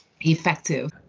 effective